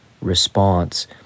response